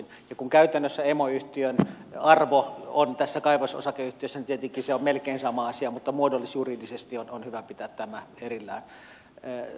ja kun käytännössä emoyhtiön arvo on tässä kaivososakeyhtiössä niin tietenkin se on melkein sama asia mutta muodollis juridisesti on hyvä pitää nämä erillään